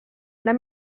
anar